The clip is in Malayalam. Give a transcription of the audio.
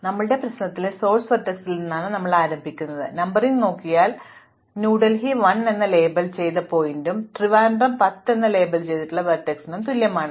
അതിനാൽ ഞങ്ങളുടെ പ്രശ്നത്തിലെ സോഴ്സ് വെർട്ടെക്സിൽ നിന്നാണ് ഞങ്ങൾ ആരംഭിക്കുന്നത് നിങ്ങൾ നമ്പറിംഗ് നോക്കിയാൽ ഞാൻ തരട്ടെ ന്യൂഡൽഹി 1 എന്ന് ലേബൽ ചെയ്ത ശീർഷകത്തിനും ത്രിവാൻഡ്രം 10 എന്ന് ലേബൽ ചെയ്തിട്ടുള്ള വെർട്ടെക്സിനും തുല്യമാണ്